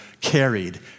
carried